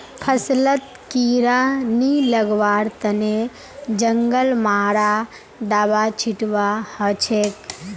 फसलत कीड़ा नी लगवार तने जंगल मारा दाबा छिटवा हछेक